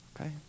okay